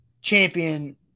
champion